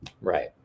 Right